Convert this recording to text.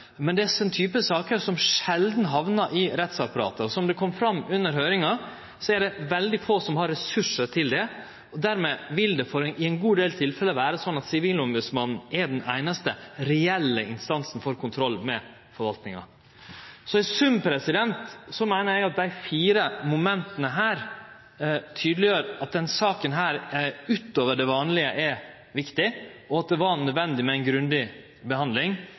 Men det er sjeldan slike saker hamnar i rettsapparatet. Som det kom fram under høyringa, er det veldig få som har ressursar til det. Dermed vil det i ein god del tilfelle vere slik at Sivilombodsmannen er den einaste reelle instansen for kontroll med forvaltninga. Så i sum meiner eg at desse fire momenta tydeleggjer at denne saka, utover det vanlege, er viktig, og at det var nødvendig med ei grundig behandling,